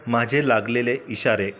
माझे लागलेले इशारे